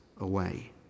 away